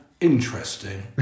interesting